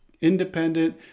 independent